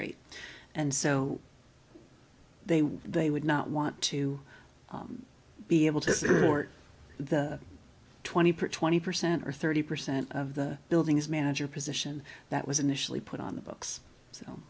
rate and so they would they would not want to be able to sort that twenty twenty percent or thirty percent of that building as manager position that was initially put on the books so